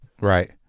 Right